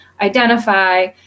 identify